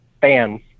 fans